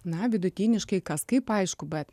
na vidutiniškai kas kaip aišku bet